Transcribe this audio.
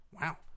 Wow